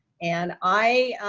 and i